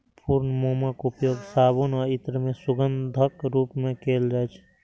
पूर्ण मोमक उपयोग साबुन आ इत्र मे सुगंधक रूप मे कैल जाइ छै